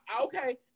Okay